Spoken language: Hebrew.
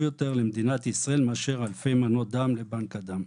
יותר למדינת ישראל מאשר אלפי מנות דם לבנק הדם?